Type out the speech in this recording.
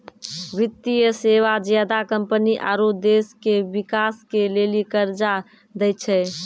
वित्तीय सेवा ज्यादा कम्पनी आरो देश के बिकास के लेली कर्जा दै छै